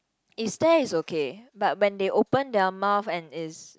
if stare it's okay but when they open their mouth and it's